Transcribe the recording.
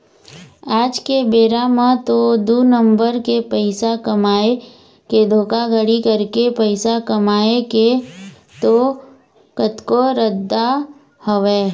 आज के बेरा म तो दू नंबर के पइसा कमाए के धोखाघड़ी करके पइसा कमाए के तो कतको रद्दा हवय